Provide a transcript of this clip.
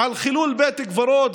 עם חוק נורבגי שנועד להרחיב את הג'ובים,